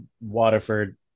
Waterford